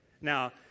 Now